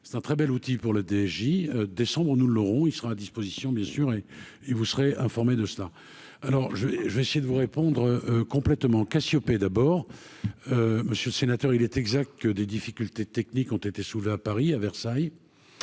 c'est un très bel outil pour le DJ décembre on nous l'aurons, il sera à disposition bien sûr et et vous serez informés de cela, alors je vais, je vais essayer de vous répondre complètement Cassiopée, d'abord, monsieur le sénateur, il est exact que des difficultés techniques ont été soulevés à Paris à Versailles,